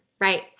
right